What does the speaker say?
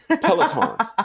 Peloton